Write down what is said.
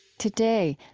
today,